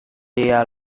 dia